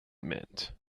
meant